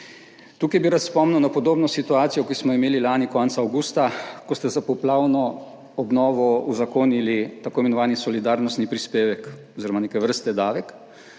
Tukaj bi rad spomnil na podobno situacijo, ki smo jo imeli lani konec avgusta, ko ste za poplavno obnovo uzakonili tako imenovani solidarnostni prispevek oziroma neke vrste davek.